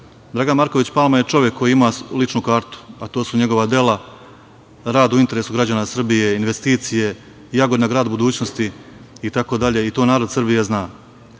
sudu. Dragan Marković Palma je čovek koji ima ličnu kartu, a to su njegova dela, rad u interesu građana Srbije, investicije, Jagodina – grad budućnosti itd. i to narod Srbije zna.